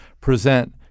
present